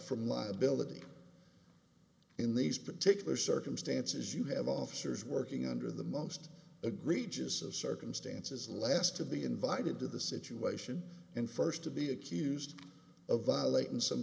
from liability in these particular circumstances you have officers working under the most egregious of circumstances less to be invited to the situation and first to be accused of violating some